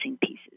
pieces